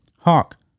Hawk